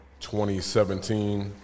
2017